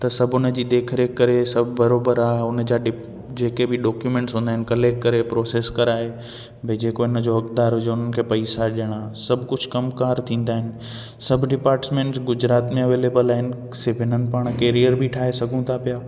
त सभु उन जी देख रेख करे सभु बरोबरु आहे सभु उन जा डिप जेके बि डॉक्यूमेंट्स हूंदा आहिनि कलेक्ट करे प्रोसेस कराए भाई जेको हुननि जो हक़दारु हुजे उन्हनि खे पैसा ॾियणा सभु कुझु कमु कार थींदा आहिनि सभु डिपार्ट्समेंट गुजरात में अवेलेबल आहिनि सभिनि हंधु पाण कैरियर बि ठाहे सघूं था पिया